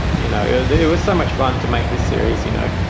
you know, there was so much fun to make this series, you know,